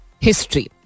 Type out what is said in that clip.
history